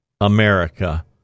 America